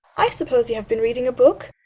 i suppose you have been reading a book?